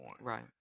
Right